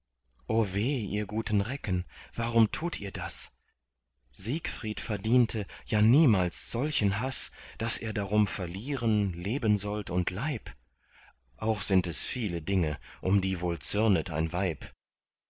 ihr guten recken warum tut ihr das siegfried verdiente ja niemals solchen haß daß er darum verlieren leben sollt und leib auch sind es viele dinge um die wohl zürnet ein weib